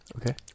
Okay